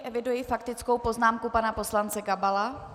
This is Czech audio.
Eviduji faktickou poznámku pana poslance Gabala.